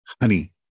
honey